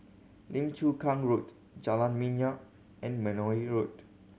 Lim Chu Kang Road Jalan Minyak and Benoi Road